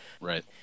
Right